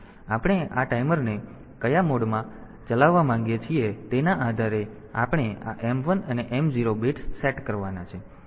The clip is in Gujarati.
તેથી આપણે આ ટાઈમરને કયા મોડમાં ચલાવવા માંગીએ છીએ તેના આધારે આપણે આ m 1 અને m 0 બિટ્સ સેટ કરવાના છે